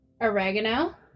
oregano